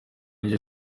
niryo